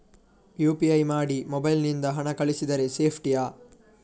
UPI ಮಾಡಿ mobile ನಿಂದ ಹಣ ಕಳಿಸಿದರೆ ಸೇಪ್ಟಿಯಾ?